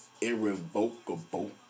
Irrevocable